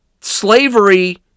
slavery